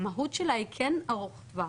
המהות שלה היא כן ארוכת טווח,